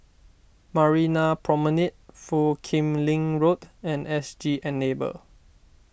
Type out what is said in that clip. Marina Promenade Foo Kim Lin Road and S G Enable